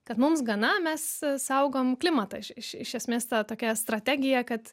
kad mums gana mes saugom klimatą iš iš esmės ta tokia strategija kad